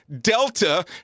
Delta